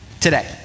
today